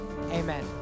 Amen